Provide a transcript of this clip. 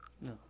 No